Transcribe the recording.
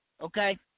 Okay